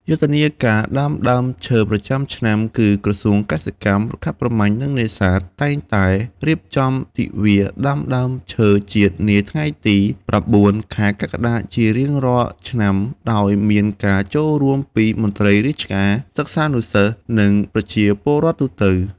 យុទ្ធនាការដាំដើមឈើប្រចាំឆ្នាំ គឹក្រសួងកសិកម្ម រុក្ខាប្រមាញ់ និងនេសាទ តែងតែរៀបចំទិវាដាំដើមឈើជាតិនាថ្ងៃទី៩ ខែកក្កដាជារៀងរាល់ឆ្នាំ ដោយមានការចូលរួមពីមន្ត្រីរាជការ សិស្សានុសិស្ស និងប្រជាពលរដ្ឋទូទៅ។